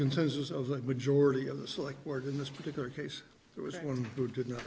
consensus of the majority of those like ward in this particular case there was one who did not